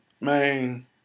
man